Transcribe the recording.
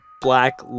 black